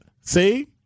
See